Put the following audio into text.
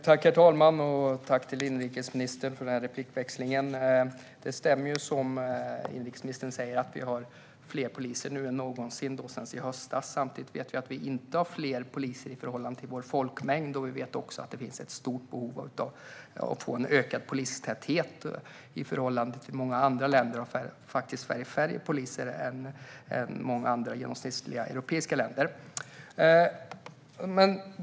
Herr talman! Jag tackar inrikesministern för denna debatt. Som inrikesministern säger har vi sedan i höstas fler poliser än någonsin. Samtidigt vet vi att vi inte har fler poliser i förhållande till vår folkmängd, och vi vet också att det finns ett stort behov av en ökad polistäthet. Sverige har färre poliser än många andra genomsnittliga europeiska länder.